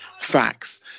facts